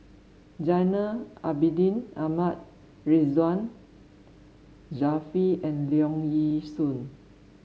Zainal Abidin Ahmad Ridzwan Dzafir and Leong Yee Soo